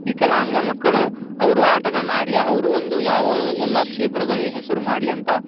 ವಿಕಲಾಂಗ ಮಕ್ಕಳು ಅವರು ಆಟಗಳನ್ನಾಡ್ಲಿ ಅವರು ಒಂದು ಯಾವ ಎಲ್ಲ ಕ್ಷೇತ್ರಗಳಲ್ಲಿ ಹೆಸರು ಮಾಡಲಿ ಅಂತ